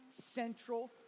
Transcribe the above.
central